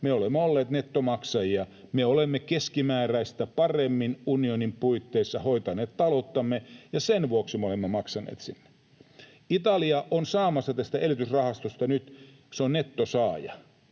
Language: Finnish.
me olemme olleet nettomaksajia. Me olemme keskimääräistä paremmin unionin puitteissa hoitaneet talouttamme, ja sen vuoksi me olemme maksaneet sinne. Italia on saamassa tästä elvytysrahastosta nyt, kun se on nettosaaja,